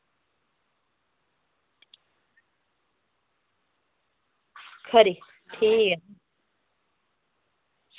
खरी ठीक ऐ